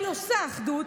אני עושה אחדות.